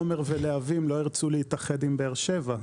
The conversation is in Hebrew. עומר ולהבים לא ירצו להתאחד עם באר-שבע?